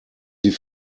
die